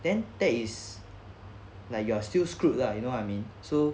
then that is like you are still screwed lah you know what I mean so